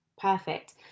Perfect